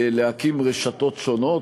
להקים רשתות שונות,